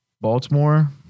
Baltimore